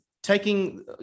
taking